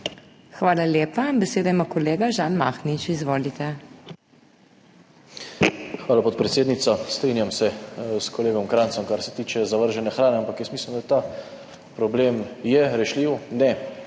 Hvala lepa. Besedo ima kolega Žan Mahnič, izvolite. ŽAN MAHNIČ (PS SDS): Hvala, podpredsednica. Strinjam se s kolegom Kranjcem, kar se tiče zavržene hrane, ampak jaz mislim, da je ta problem rešljiv, ne